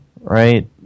right